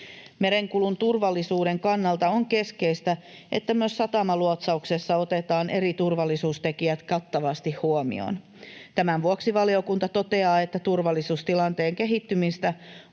Merenkulun turvallisuuden kannalta on keskeistä, että myös satamaluotsauksessa otetaan eri turvallisuustekijät kattavasti huomioon. Tämän vuoksi valiokunta toteaa, että turvallisuustilanteen kehittymistä on